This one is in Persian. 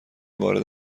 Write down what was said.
وارد